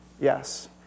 yes